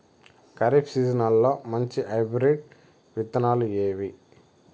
ఖరీఫ్ సీజన్లలో మంచి హైబ్రిడ్ విత్తనాలు ఏవి